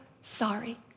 sorry